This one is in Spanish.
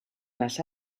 más